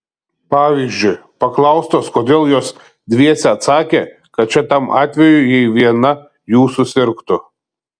pavyzdžiui paklaustos kodėl jos dviese atsakė kad čia tam atvejui jei viena jų susirgtų